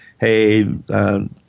hey –